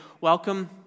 welcome